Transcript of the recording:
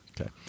okay